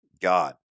God